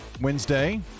Wednesday